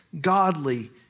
godly